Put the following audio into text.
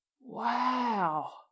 Wow